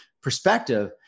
perspective